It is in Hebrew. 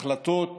החלטות